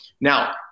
now